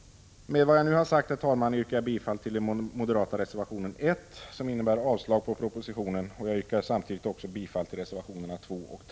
Med vad jag nu har sagt, herr talman, yrkar jag bifall till den moderata reservationen 1, som innebär avslag på propositionen. Jag yrkar också bifall till reservationerna 2 och 3.